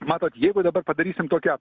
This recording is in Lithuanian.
matot jeigu dabar padarysim tokią